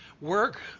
work